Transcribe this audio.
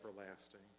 everlasting